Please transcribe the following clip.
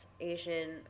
Asian